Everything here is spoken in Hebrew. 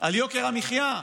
על יוקר המחיה,